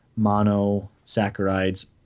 monosaccharides